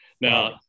Now